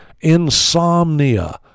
insomnia